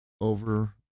over